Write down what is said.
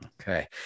okay